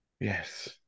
Yes